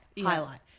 Highlight